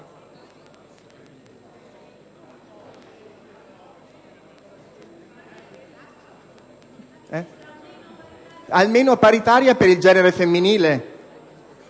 Almeno paritaria per il genere femminile: